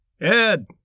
Ed